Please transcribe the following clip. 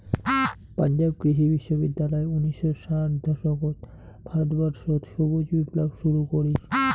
পাঞ্জাব কৃষি বিশ্ববিদ্যালয় উনিশশো ষাট দশকত ভারতবর্ষত সবুজ বিপ্লব শুরু করি